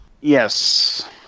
Yes